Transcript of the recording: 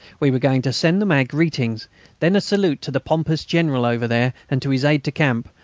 we were going to send them our greetings then, a salute to the pompous general over there, and to his aide-de-camp,